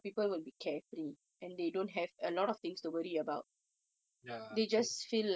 ya true